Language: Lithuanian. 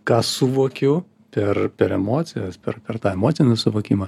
ką suvokiu per per emocijas per per tą emocinį suvokimą